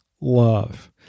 love